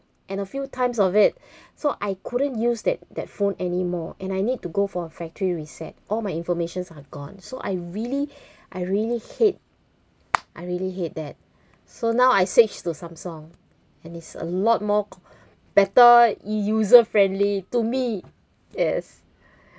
and a few times of it so I couldn't use that that phone anymore and I need to go for a factory reset all my information are gone so I really I really hate I really hate that so now I switch to samsung and it's a lot more better user friendly to me yes